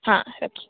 हाँ रखिए